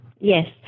Yes